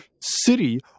city